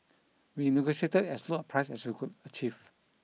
we negotiated as low a price as we could achieve